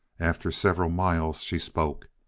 after several miles she spoke.